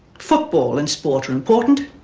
football and sport are important,